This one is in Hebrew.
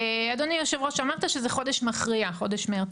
אדוני היו"ר, אמרת שזה חודש מכריע, חודש מרץ,